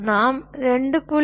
நாம் 2